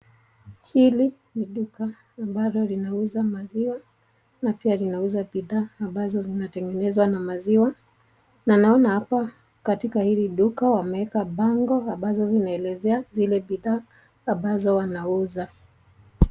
Hili ni duka ambalo linauza maziwa na pia linauza bidhaa ambazo zinatengenezwa na maziwa na naona hapa katika hili duka wameeka bango ambazo zinaelezea zile bidhaa ambazo wanauza.